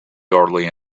hardly